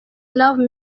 love